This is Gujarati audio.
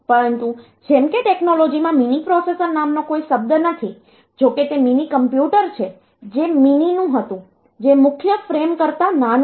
પરંતુ જેમ કે ટેક્નોલોજીમાં મિની પ્રોસેસર નામનો કોઈ શબ્દ નથી જો કે તે મિની કોમ્પ્યુટર છે જે મિનીનું હતું જે મુખ્ય ફ્રેમ કરતાં નાનું હતું